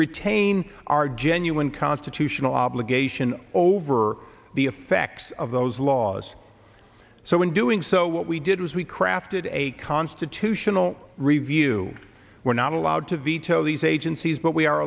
retain our genuine constitutional obligation over the effects of those laws so in doing so what we did was we crafted a constitutional review we're not allowed to veto these agencies but we are